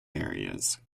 areas